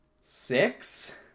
Six